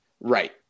Right